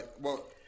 well-